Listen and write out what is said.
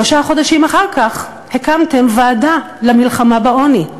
שלושה חודשים אחר כך הקמתם ועדה למלחמה בעוני.